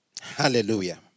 Hallelujah